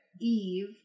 Eve